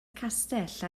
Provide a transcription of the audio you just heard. castell